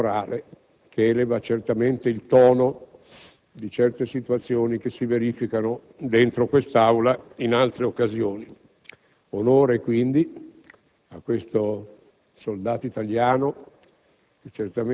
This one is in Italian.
la gioia anche di sentire una partecipazione corale, che eleva certamente il tono di certe situazioni che si verificano dentro quest'Aula in altre occasioni. Onore, quindi,